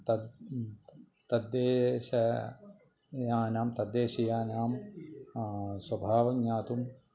तद् तद्देशीयानां तद्देशीयानां स्वभावं ज्ञातुम्